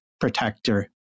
protector